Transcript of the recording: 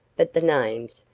but the names,